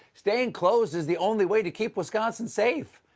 staying closed is the only way to keep wisconsin safe!